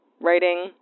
writing